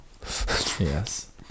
Yes